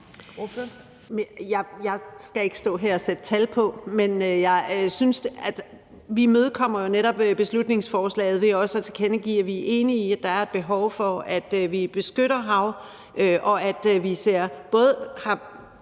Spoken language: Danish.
Jeg skal ikke stå her og sætte tal på, men jeg synes, at vi jo netop imødekommer beslutningsforslaget ved også at tilkendegive, at vi er enige i, at der er et behov for, at vi beskytter hav, og at vi både har